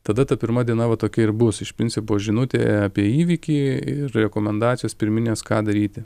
tada ta pirma diena va tokia ir bus iš principo žinutė apie įvykį ir rekomendacijos pirminės ką daryti